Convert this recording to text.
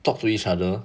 talk to each other